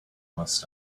must